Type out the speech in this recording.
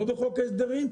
אבל לא בחוק ההסדרים.